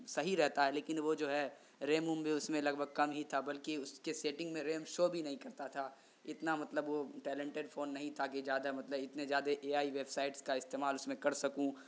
صحیح رہتا ہے لیکن وہ جو ہے ریم ووم بھی اس میں لگ بھگ کم ہی تھا بلکہ اس کے سیٹنگ میں ریم شو بھی نہیں کرتا تھا اتنا مطلب وہ ٹیلنٹیڈ فون نہیں تھا کہ زیادہ مطلب اتنے جیادہ ای آئی ویبسائٹس کا استعمال اس میں کر سکوں